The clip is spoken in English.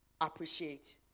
appreciate